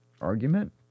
Argument